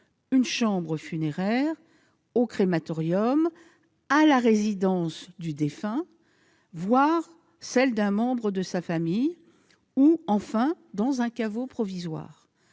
une chambre funéraire, au crématorium, à la résidence du défunt, voire à celle d'un membre de sa famille ou, enfin, dans un caveau provisoire.